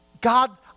God